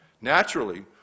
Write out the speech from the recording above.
Naturally